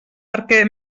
perquè